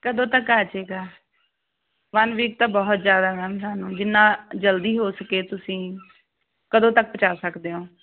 ਕਦੋਂ ਤੱਕ ਆ ਜਾਏਗਾ ਵੰਨ ਵੀਕ ਤਾਂ ਬਹੁਤ ਜਿਆਦਾ ਮੈਮ ਤੁਹਾਨੂੰ ਜਿੰਨਾ ਜਲਦੀ ਹੋ ਸਕੇ ਤੁਸੀਂ ਕਦੋਂ ਤੱਕ ਪਹੁੰਚਾ ਸਕਦੇ ਹੋ